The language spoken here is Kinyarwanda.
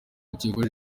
ukekwaho